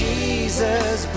Jesus